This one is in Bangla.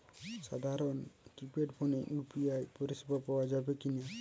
সাধারণ কিপেড ফোনে ইউ.পি.আই পরিসেবা পাওয়া যাবে কিনা?